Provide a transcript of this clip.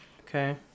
Okay